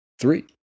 Three